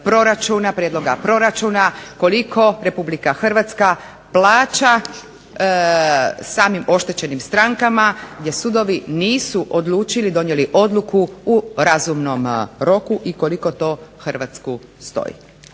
prijedloga proračuna koliko RH plaća samim oštećenim strankama gdje sudovi nisu odlučili, donijeli odluku u razumnom roku i koliko to Hrvatsku stoji